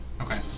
Okay